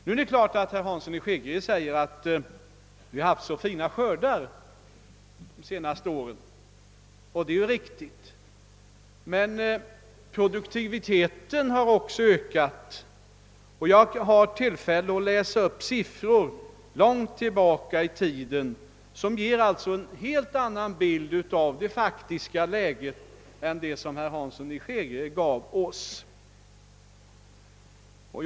Det är klart att herr Hansson i Skeg rie kommer att säga att vi har haft så fina skördar de senaste åren, och det är riktigt. Med produktiviteten har också ökat. Jag har möjlighet att läsa upp siffror från långt tillbaka i tiden, som ger en helt annan bild av det faktiska läget än den som herr Hansson i Skegrie visade oss.